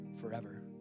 forever